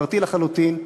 פרטי לחלוטין,